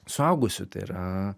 suaugusių tai yra